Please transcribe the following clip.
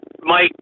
Mike